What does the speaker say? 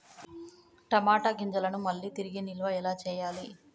టమాట గింజలను మళ్ళీ తిరిగి నిల్వ ఎలా చేయాలి?